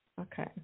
Okay